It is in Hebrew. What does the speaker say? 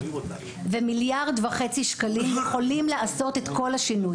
1.5 מיליארד שקלים יכולים לעשות את כל השינוי.